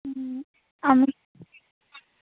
হুম আমি